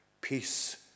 Peace